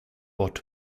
what